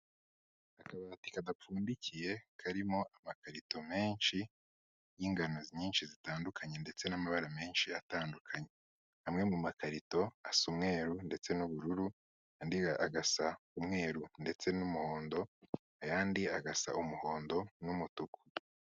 Akabati kadapfundikiye karimo amakarito menshi y'ingano nyinshi zitandukanye ndetse n'amabara menshi atandukanye. Amwe mu makarito asa umweru ndetse n'ubururu, andi agasa umweru ndetse n'umuhondo, ayandi agasa umuhondo n'umutuku.